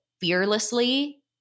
fearlessly